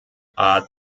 art